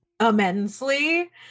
immensely